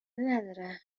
نداره